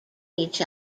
each